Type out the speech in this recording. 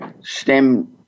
STEM